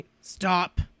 Stop